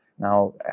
Now